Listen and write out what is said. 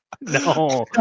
no